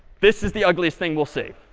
this is the ugliest thing we'll see.